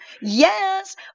Yes